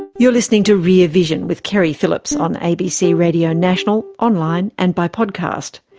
and you're listening to rear vision with keri phillips on abc radio national, online and by podcast.